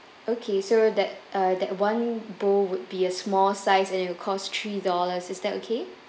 okay so that uh that one bowl would be a small size and it'll cost three dollars is that okay